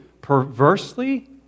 perversely